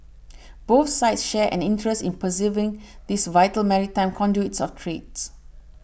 both sides share an interest in preserving these vital maritime conduits of trades